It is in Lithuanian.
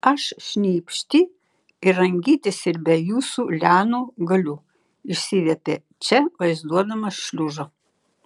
aš šnypšti ir rangytis ir be jūsų lianų galiu išsiviepė če vaizduodamas šliužą